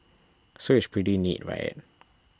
so it's pretty neat right